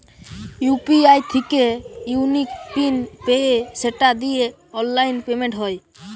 UPI থিকে unique PIN পেয়ে সেটা দিয়ে অনলাইন পেমেন্ট হয়